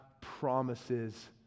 promises